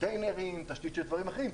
קונטיינרים או תשתית של דברים אחרים.